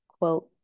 quote